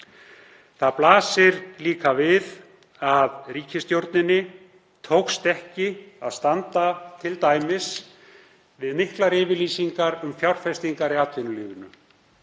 Það blasir líka við að ríkisstjórninni tókst ekki að standa t.d. við miklar yfirlýsingar um fjárfestingar í atvinnulífinu.